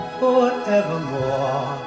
forevermore